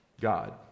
God